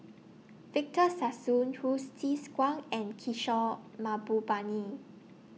Victor Sassoon Hsu Tse Kwang and Kishore Mahbubani